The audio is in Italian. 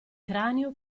cranio